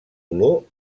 olor